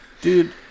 Dude